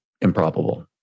improbable